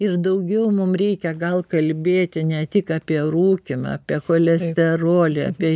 ir daugiau mum reikia gal kalbėti ne tik apie rūkymą apie cholesterolį apie